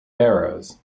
barrows